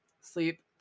sleep